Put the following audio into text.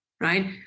right